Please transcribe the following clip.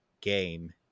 game